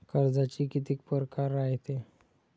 कर्जाचे कितीक परकार रायते?